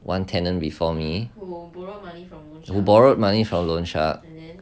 one tenant before me who borrowed money from loan shark